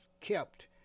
kept